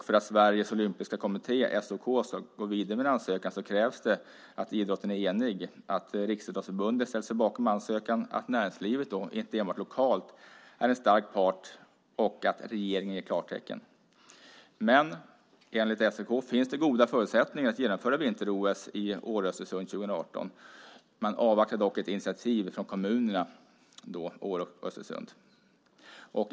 För att Sveriges Olympiska Kommitté, SOK, ska gå vidare med en ansökan krävs det att idrotten är enig, att Riksidrottsförbundet ställer sig bakom ansökan, att näringslivet inte enbart lokalt är en stark part och att regeringen ger klartecken. Enligt SOK finns det goda förutsättningar att genomföra vinter-OS i Åre och Östersund 2018. Man avvaktar dock ett initiativ från dessa kommuner.